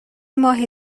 ماه